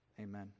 Amen